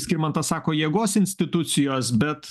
skirmantas sako jėgos institucijos bet